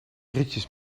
ritjes